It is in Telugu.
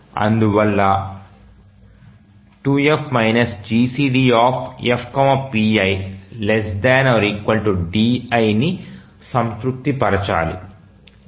అందువల్ల 2F GCDFpi ≤ diని సంతృప్తిపరచాలి